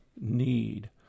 need